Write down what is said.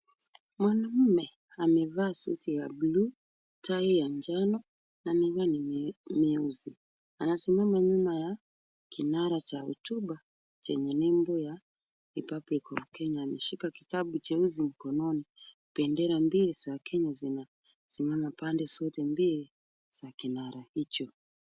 Mwanaume amevaa suti ya buluu, tai ya njano na miwani mieusi. Anasimama nyuma ya kinara cha hotuba chenye nembo ya republic of Kenya . Ameshika kitabu cheusi mkononi. Bendera mbili za Kenya zinasimama pande zote mbili za kinara hicho.